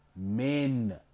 men